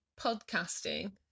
podcasting